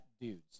dudes